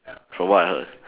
from what I heard